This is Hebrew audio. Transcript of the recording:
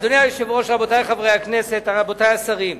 אדוני היושב-ראש, רבותי חברי הכנסת, רבותי השרים,